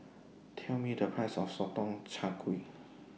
Tell Me The Price of Sotong Char Kway